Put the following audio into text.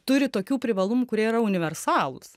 turi tokių privalumų kurie yra universalūs